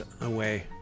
away